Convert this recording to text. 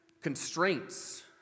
constraints